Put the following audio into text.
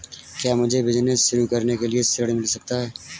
क्या मुझे बिजनेस शुरू करने के लिए ऋण मिल सकता है?